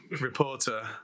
reporter